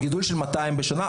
זה גידול של 200 בשנה.